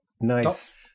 Nice